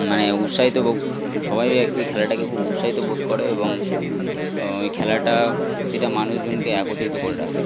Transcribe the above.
মানে উৎসাহিত সবাই এই ওই খেলাটাকে খুব উৎসাহিত বোধ করে এবং এই খেলাটা প্রতিটা মানুষজনকে একত্রিত করে রাখে